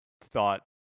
thought